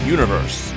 Universe